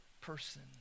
person